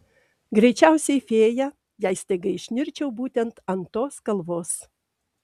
greičiausiai fėja jei staiga išnirčiau būtent ant tos kalvos